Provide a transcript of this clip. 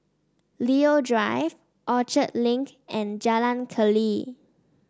Leo Drive Orchard Link and Jalan Keli